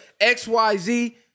XYZ